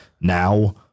now